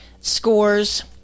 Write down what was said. scores